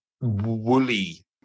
woolly